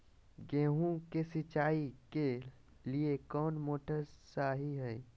गेंहू के सिंचाई के लिए कौन मोटर शाही हाय?